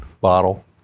bottle